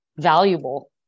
valuable